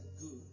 good